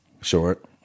Short